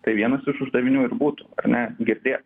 tai vienas iš uždavinių ir būtų ar ne girdėt